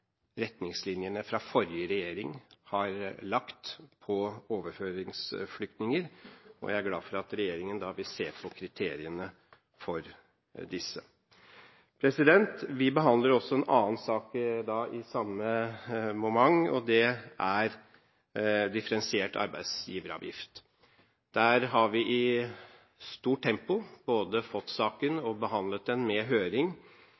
retningslinjene fra forrige regjering har lagt når det gjelder overføringsflyktninger, og jeg er glad for at regjeringen vil se på kriteriene for disse. Vi behandler også en annen sak i samme moment, og det er differensiert arbeidsgiveravgift. Der har vi i stort tempo både fått saken og behandlet den med høring.